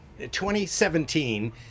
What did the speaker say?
2017